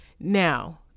Now